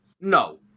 no